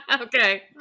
okay